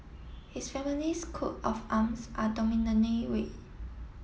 his family's coat of arms are dominantly red